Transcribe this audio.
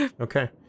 Okay